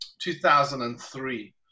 2003